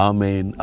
Amen